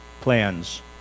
plans